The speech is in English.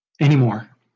anymore